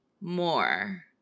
more